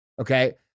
Okay